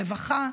לרווחה,